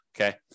okay